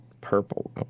purple